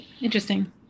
Interesting